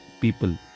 people